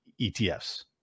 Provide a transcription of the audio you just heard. ETFs